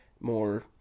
more